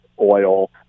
oil